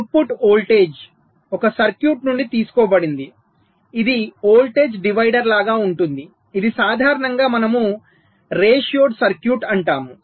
output voltage ఒక circuit నుండి తీసుకోబడింది ఇది వోల్టేజ్ డివైడర్ లాగా ఉంటుంది ఇది సాధారణంగా మనము రేషియోడ్ సర్క్యూట్ అంటాము